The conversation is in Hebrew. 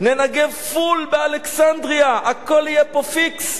ננגב פול באלכסנדריה, הכול יהיה פה פיקס.